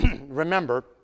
remember